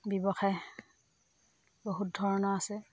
ব্যৱসায় বহুত ধৰণৰ আছে